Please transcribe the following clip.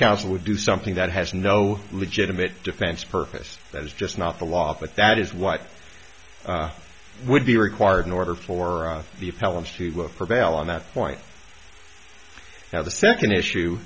counsel would do something that has no legitimate defense purpose that is just not the law fit that is what would be required in order for the hallums to prevail on that point now the second issue